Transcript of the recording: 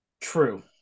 True